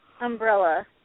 umbrella